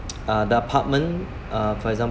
uh the apartment uh for example